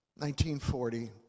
1940